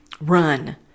Run